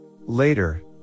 Later